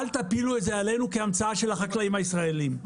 אל תפילו את זה עלינו כהמצאה של החקלאים הישראלים.